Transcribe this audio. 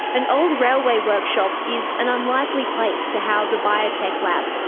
an old railway workshop is an unlikely place to house a biotech lab,